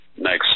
next